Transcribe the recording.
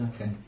Okay